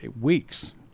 weeks